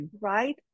right